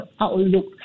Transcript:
outlook